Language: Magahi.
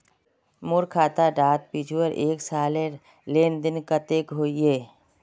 मोर खाता डात पिछुर एक सालेर लेन देन कतेक होइए?